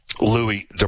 Louis